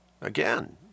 again